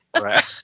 right